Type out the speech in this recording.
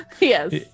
Yes